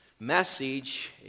message